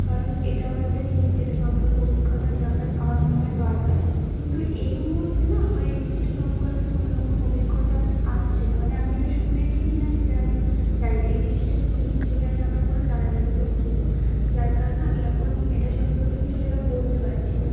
কারণ এটাও একটা জিনিস যেটা সম্পর্কে অভিজ্ঞতা নেওয়াটা আমার মনে হয় দরকার কিন্তু এই মুহূর্তে না আমার এই জিনিসটা সম্পর্কে কোনো রকম অভিজ্ঞতা আসছে না মানে আমি এটা শুনেছি কি না সেটা আমি জানি না এই জিনিসটা কী সেটাই আমার কোনো জানা নেই আমি দুঃখিত যার কারণে আমি এখন এটা সম্পর্কে কিছু সেরকম বলতে পারছি না